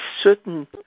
certain